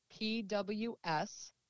pws